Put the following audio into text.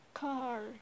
car